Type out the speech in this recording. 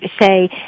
say